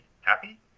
happy